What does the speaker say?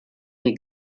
den